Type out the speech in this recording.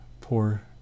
poor